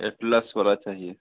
Atlas वाला चाहिए